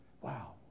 Wow